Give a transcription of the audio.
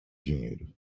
dinheiro